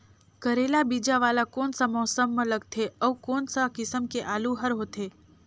करेला बीजा वाला कोन सा मौसम म लगथे अउ कोन सा किसम के आलू हर होथे?